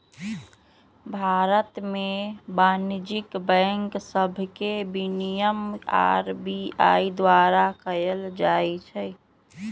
भारत में वाणिज्यिक बैंक सभके विनियमन आर.बी.आई द्वारा कएल जाइ छइ